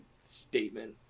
statement